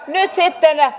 nyt sitten